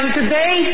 today